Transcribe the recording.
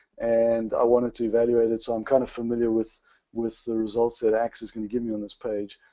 and i wanted to evaluate it. so i'm kind of familiar with with the results that axe is going to give me on this page.